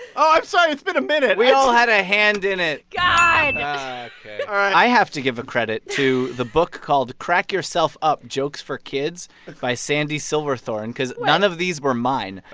i'm sorry. it's been a minute we all had a hand in it god all right i have to give a credit to the book called crack yourself up jokes for kids by sandy silverthorne because. wait. none of these were mine.